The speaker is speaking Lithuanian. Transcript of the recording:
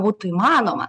būtų įmanoma